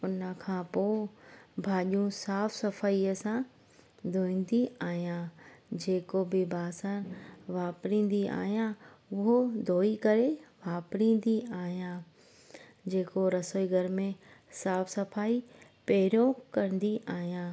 उन खां पोइ भाॼियूं साफ़ु सफ़ाईअ सां धोईंदी आहियां जेको बि बासणु वापरींदी आहियां उहो धोई करे वापरींदी आहियां जेको रसोई घर में साफ़ु सफ़ाई पहिरियों कंदी आहियां